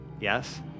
Yes